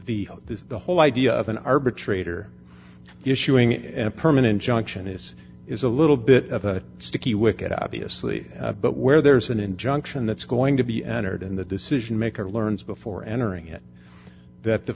is the whole idea of an arbitrator issuing and permanent junction is is a little bit of a sticky wicket obviously but where there's an injunction that's going to be entered in the decision maker learns before entering it that the